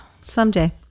someday